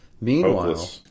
Meanwhile